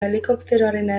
helikopteroarena